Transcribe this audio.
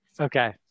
Okay